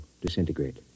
disintegrate